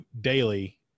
daily